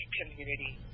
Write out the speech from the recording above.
community